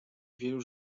wielu